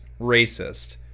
racist